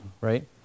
right